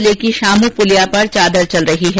जिले की श्यामू पुलिया पर चादर चल रही है